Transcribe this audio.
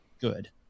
good